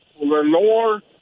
Lenore